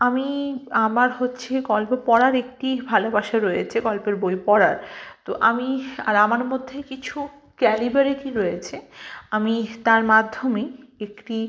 আমি আমার হচ্ছে গল্প পড়ার একটি ভালোবাসা রয়েছে গল্পের বই পড়ার তো আমি আমার মধ্যে কিছু ক্যালিবারিটি রয়েছে আমি তার মাধ্যমে একটি